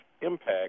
impact